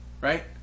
Right